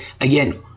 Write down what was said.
again